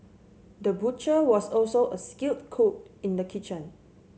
the butcher was also a skilled cook in the kitchen